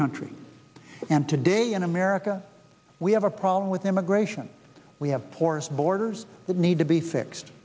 country and today in america we have a problem with immigration we have porous borders that need to be fixed